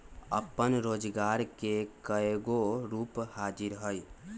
अप्पन रोजगार के कयगो रूप हाजिर हइ